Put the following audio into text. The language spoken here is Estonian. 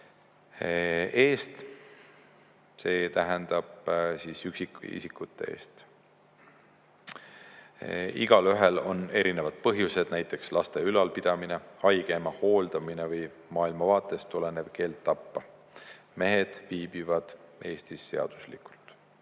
eest, see tähendab üksikisiku eest. Igaühel on erinevad põhjused, näiteks laste ülalpidamine, haige ema hooldamine või maailmavaatest tulenev keeld tappa. Mehed viibivad Eestis seaduslikult.